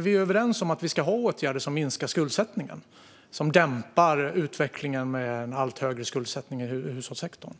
Vi är överens om att vi ska ha åtgärder som minskar skuldsättningen och som dämpar utvecklingen med en allt högre skuldsättning i hushållssektorn.